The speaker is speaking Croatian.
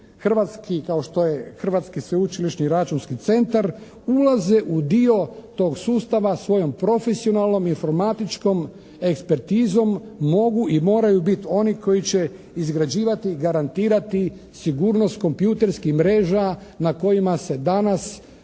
hrvatski kao što je Hrvatski sveučilišni računski centar ulaze u dio tog sustava svojom profesionalnom, informatičkom ekspertizom mogu i moraju biti oni koji će izgrađivati, garantirati sigurnost kompjutorskih mreža na kojima se danas